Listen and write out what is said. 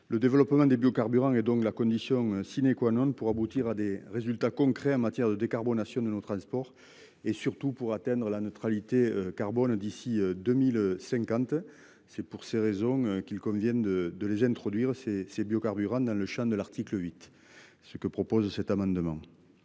Le développement des biocarburants et donc la condition sine qua none pour aboutir à des résultats concrets en matière de décarbonation de nos transports et surtout pour atteindre la neutralité carbone d'ici 2050. C'est pour ces raisons qu'il convient de de les introduire ces ces biocarburants dans le Champ de l'article 8. Ce que propose cet amendement.